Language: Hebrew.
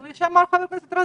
כפי שאמר ח"כ רזבוזוב,